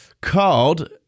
called